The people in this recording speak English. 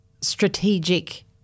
strategic